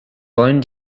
wollen